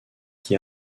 qui